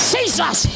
Jesus